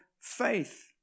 faith